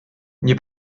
nie